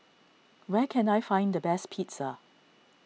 where can I find the best Pizza